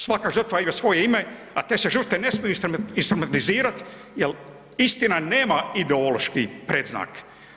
Svaka žrtva ima svoje ime, a te se žrtve ne smiju instrumetalizirati jer istina nema ideološki predznak.